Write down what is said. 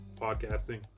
Podcasting